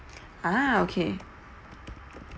ah okay